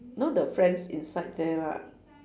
know the friends inside there lah